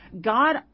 God